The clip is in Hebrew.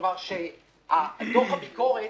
דוח הביקורת